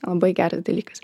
labai geras dalykas